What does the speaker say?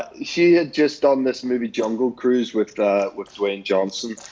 she had just done this movie, jungle cruise, with with dwayne johnson,